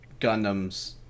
Gundams